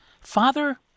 Father